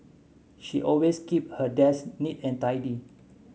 she always keep her desk neat and tidy